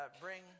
bring